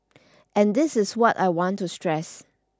and this is what I want to stress